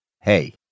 Hey